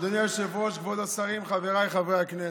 אדוני היושב-ראש, כבוד השרים, חבריי חברי הכנסת,